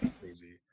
crazy